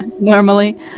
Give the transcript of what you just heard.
Normally